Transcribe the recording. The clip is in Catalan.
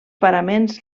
paraments